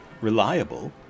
reliable